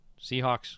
Seahawks